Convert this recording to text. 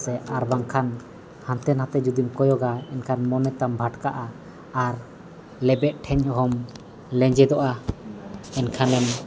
ᱥᱮ ᱟᱨ ᱵᱟᱝᱠᱷᱟᱱ ᱦᱟᱱᱛᱮᱼᱱᱷᱟᱛᱮ ᱡᱩᱫᱤᱢ ᱠᱚᱭᱚᱜᱟ ᱮᱱᱠᱷᱟᱱ ᱢᱚᱱᱮᱛᱟᱢ ᱵᱷᱟᱴᱠᱟᱜᱼᱟ ᱟᱨ ᱞᱮᱵᱮᱫ ᱴᱷᱮᱱ ᱦᱚᱢ ᱞᱮᱸᱡᱮᱫᱚᱜᱼᱟ ᱮᱱᱠᱷᱟᱱᱮᱢ